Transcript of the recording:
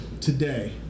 Today